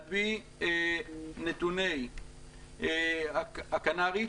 על פי נתוני הכנ"רית,